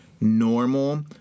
Normal